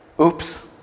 oops